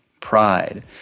pride